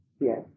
Yes